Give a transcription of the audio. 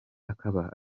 akaba